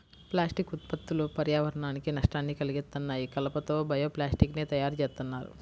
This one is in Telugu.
ప్లాస్టిక్ ఉత్పత్తులు పర్యావరణానికి నష్టాన్ని కల్గిత్తన్నాయి, కలప తో బయో ప్లాస్టిక్ ని తయ్యారుజేత్తన్నారు